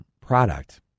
product